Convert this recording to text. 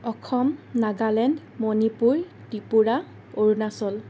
Assam Nagaland Manipur Tripura Arunachal